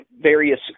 various